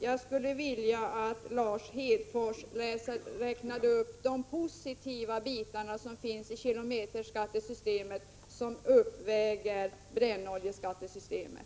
Jag skulle vilja att Lars Hedfors räknade upp de positiva inslag i kilometerskattesystemet som uppväger fördelarna med brännoljeskattesystemet.